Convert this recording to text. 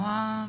נעה,